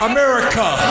America